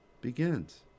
begins